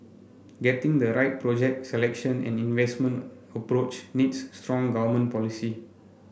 getting the right project selection and investment approach needs strong government policy